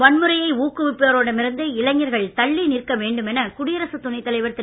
வன்முறையை ஊக்குவிப்போரிடம் இருந்து இளைஞர்கள் தள்ளி நிற்க வேண்டுமென குடியரசுத் துணைத்தலைவர் திரு